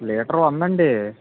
litre వందా అండి